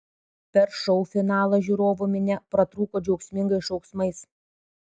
per šou finalą žiūrovų minia pratrūko džiaugsmingais šauksmais